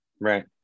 Right